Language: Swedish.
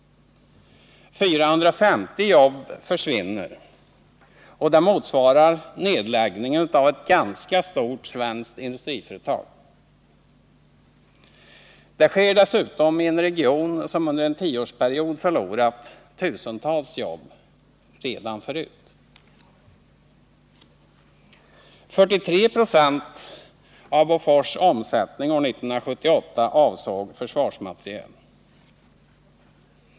450 jobb försvinner, och det motsvarar nedläggning av ett ganska stort industriföretag. Detta sker dessutom i en region som under en tioårsperiod förlorat tusentals jobb redan förut. Av Bofors omsättning år 1978 avsåg 4396 försvarsmateriel.